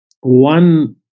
One